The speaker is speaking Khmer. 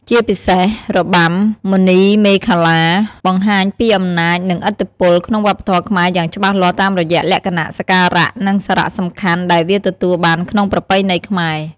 ជាពិសេសរបាំមណីមេខលា បង្ហាញពីអំណាចនិងឥទ្ធិពលក្នុងវប្បធម៌ខ្មែរយ៉ាងច្បាស់លាស់តាមរយៈលក្ខណៈសក្ការៈ និងសារៈសំខាន់ដែលវាទទួលបានក្នុងប្រពៃណីខ្មែរ។